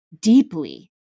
deeply